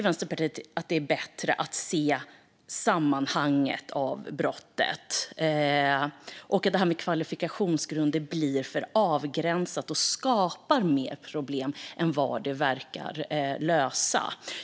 Vänsterpartiet tycker att det är bättre att se i vilket sammanhang brottet begåtts och att kvalifikationsgrunder därför blir för avgränsande och skapar mer problem än det löser.